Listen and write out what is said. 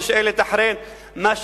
שנשאלת אחרי מה שקרה,